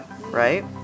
right